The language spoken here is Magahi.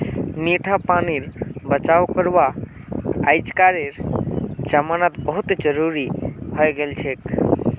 मीठा पानीर बचाव करवा अइजकार जमानात बहुत जरूरी हैं गेलछेक